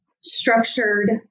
structured